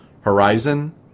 Horizon